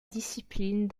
discipline